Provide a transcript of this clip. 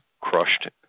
crushed